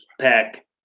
pack